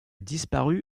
disparu